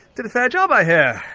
did a fair job, i hear.